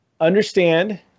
Understand